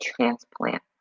transplant